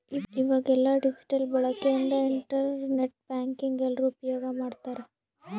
ಈವಾಗ ಎಲ್ಲ ಡಿಜಿಟಲ್ ಬಳಕೆ ಇಂದ ಇಂಟರ್ ನೆಟ್ ಬ್ಯಾಂಕಿಂಗ್ ಎಲ್ರೂ ಉಪ್ಯೋಗ್ ಮಾಡ್ತಾರ